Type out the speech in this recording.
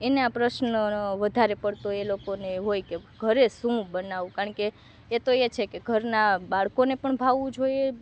એને આ પ્રશ્ન વધારે પડતો એ લોકોને હોય કે ઘરે શું બનાવવું કારણકે એ તો એ છે કે ઘરના બાળકોને પણ ભાવવું જોઈએ